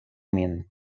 min